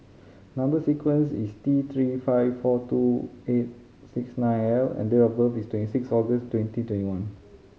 number sequence is T Three five four two eight six nine L and date of birth is twenty six August twenty twenty one